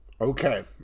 Okay